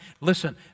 Listen